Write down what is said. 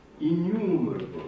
innumerable